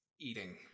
eating